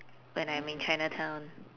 when I'm in chinatown